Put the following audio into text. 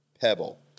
Pebble